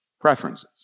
preferences